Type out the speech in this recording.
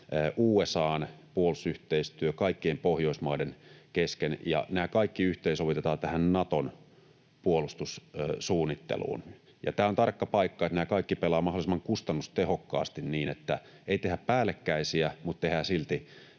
USA:n puolustusyhteistyö kaikkien Pohjoismaiden kesken, ja nämä kaikki yhteensovitetaan Naton puolustussuunnitteluun. Tämä on tarkka paikka, että nämä kaikki pelaavat mahdollisimman kustannustehokkaasti niin, että ei tehdä päällekkäisiä mutta tehdään silti